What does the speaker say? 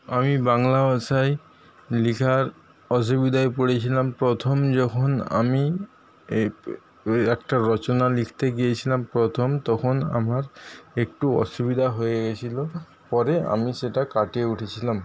আমি বাংলা ভাষায় লেখার অসুবিধায় পড়েছিলাম প্রথম যখন আমি এই একটা রচনা লিখতে গিয়েছিলাম প্রথম তখন আমার একটু অসুবিধা হয়ে গেছিল পরে আমি সেটা কাটিয়ে উঠেছিলাম